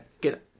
get